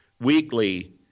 weekly